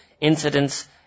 incidents